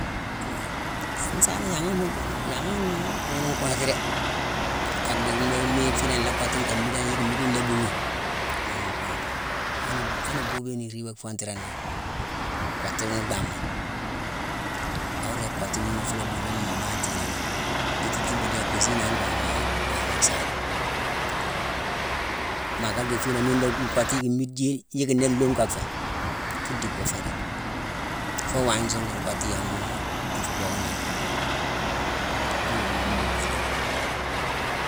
Mbon nsaana yanghangh mu dii nini-yanghangh nnhéé ghune nkognéti dé. Ka dhi mbon miine fiine nla kottu nka miidangh, yicki mmiide nlaa buughi, ghune ngognéti. Han-han bobiyone iriiba fontu roog ni, kottu ni dhamma, awa ringi kottu wiima fu la buuni yééma atinan ni. Gnotu tiibade déck, akusu yi nangh waagna-waagne asaane. Maa ka dhi fiinangh miine la nkottu yicki mmiide jeye-yicki nnéla nloome ka féé, fu dick woo fé dé. Foo waagne nsuugh laa nkottu yammoo nfuu dhockani nangh fuu bumbu. Ghuna miine mbuu kala dé.